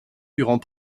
durant